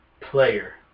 player